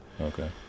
Okay